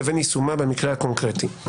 לבין יישומה במקרה הקונקרטי.